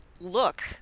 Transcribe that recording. look